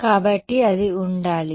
కాబట్టి అది ఉండాలి